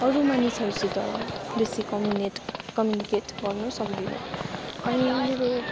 अरू मानिसहरूसित बेसी कम्युनेट कम्युनिकेट गर्नु सक्दिनँ अनि मेरो